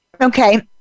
Okay